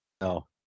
No